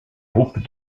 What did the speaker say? groupe